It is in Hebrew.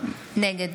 נגד